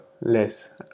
less